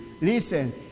Listen